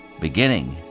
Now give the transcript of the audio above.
beginning